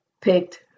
picked